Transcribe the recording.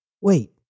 Wait